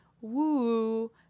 woo